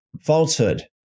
Falsehood